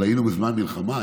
אבל היינו בזמן מלחמה,